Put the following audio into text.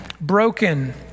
broken